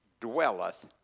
dwelleth